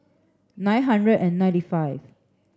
nine hundred and ninety five